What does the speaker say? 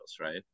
right